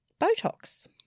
Botox